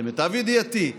למיטב ידיעתי,